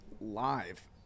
Live